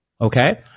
Okay